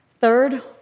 Third